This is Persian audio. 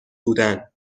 بودن